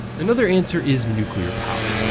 another answer is nuclear power,